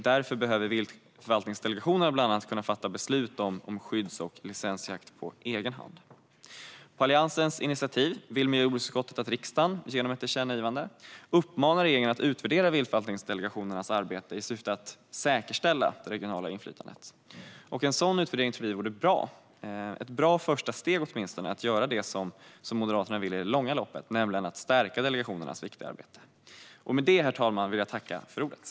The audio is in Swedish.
Därför behöver viltförvaltningsdelegationerna på egen hand kunna fatta beslut om bland annat skydds och licensjakt. På Alliansens initiativ vill miljö och jordbruksutskottet att riksdagen genom ett tillkännagivande uppmanar regeringen att utvärdera viltförvaltningsdelegationernas arbete i syfte att säkerställa det regionala inflytandet. En sådan utvärdering tror vi vore ett bra första steg för att göra det som Moderaterna vill i det långa loppet, nämligen stärka delegationernas viktiga arbete.